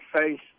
face